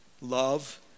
love